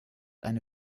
eine